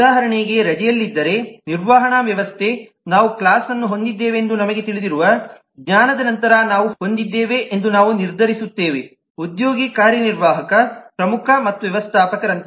ಉದಾಹರಣೆಗೆ ರಜೆಯಲ್ಲಿದ್ದರೆ ನಿರ್ವಹಣಾ ವ್ಯವಸ್ಥೆ ನಾವು ಕ್ಲಾಸ್ವನ್ನು ಹೊಂದಿದ್ದೇವೆಂದು ನಮಗೆ ತಿಳಿದಿರುವ ಜ್ಞಾನದ ನಂತರ ನಾವು ಹೊಂದಿದ್ದೇವೆ ಎಂದು ನಾವು ನಿರ್ಧರಿಸುತ್ತೇವೆ ಉದ್ಯೋಗಿ ಕಾರ್ಯನಿರ್ವಾಹಕ ಪ್ರಮುಖ ಮತ್ತು ವ್ಯವಸ್ಥಾಪಕರಂತೆ